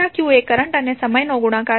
∆q એ કરંટ અને સમયનો ગુણાકાર છે